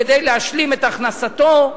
להשלים את הכנסתו,